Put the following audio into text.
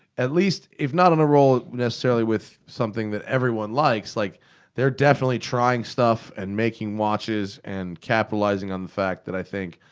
at least, if not on a roll necessarily with something that everyone likes. m like they're definitely trying stuff, and making watches, and capitalizing on the fact that, i think,